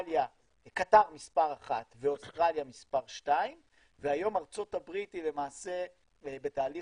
קטאר מספר אחת ואוסטרליה מספר שתיים והיום ארצות הברית היא למעשה בתהליך